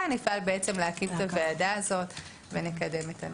נפעל להקים את הוועדה הזאת ונקדם את הנושא.